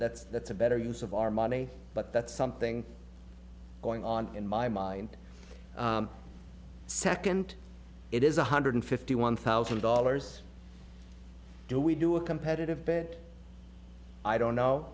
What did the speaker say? that's that's a better use of our money but that's something going on in my mind second it is one hundred fifty one thousand dollars do we do a competitive bit i don't know